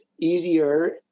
easier